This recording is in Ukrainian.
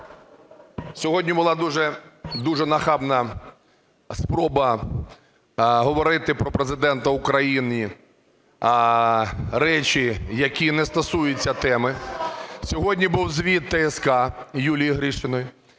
Сьогодні була дуже нахабна спроба говорити про Президента України речі, які не стосуються теми. Сьогодні був звіт ТСК Юлії Гришиної.